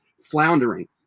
floundering